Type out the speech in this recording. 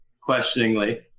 questioningly